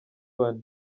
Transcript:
bane